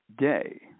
day